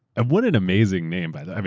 and what an amazing name, by the way,